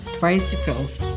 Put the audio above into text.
bicycles